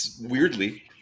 weirdly